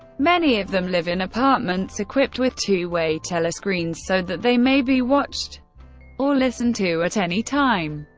many of them live in apartments equipped with two-way telescreens so that they may be watched or listened to at any time.